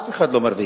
אף אחד לא מרוויח.